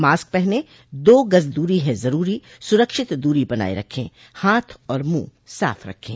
mask पहनें दो गज़ दूरी है ज़रूरी सुरक्षित दूरी बनाए रखें हाथ और मुंह साफ़ रखें